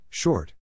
Short